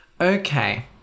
Okay